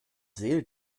seele